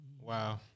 Wow